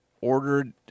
ordered